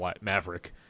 Maverick